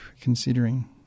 considering